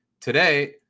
today